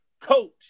Coach